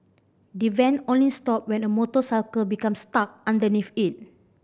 the van only stopped when a motorcycle become stuck underneath it